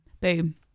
Boom